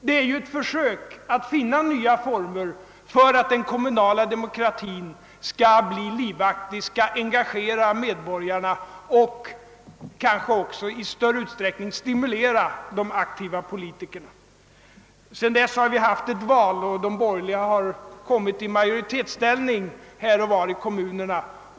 Det är ju ett försök att finna nya former för att den kommunala demokratin skall bli livaktig och engagera medborgarna och kanske också i större utsträckning stimulera de aktiva politikerna. Sedan dess har det varit valår, och de borgerliga har kommit i majoritetsställning här och var i kommunerna.